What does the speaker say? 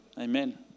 amen